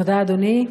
תודה, אדוני.